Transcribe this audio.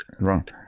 Wrong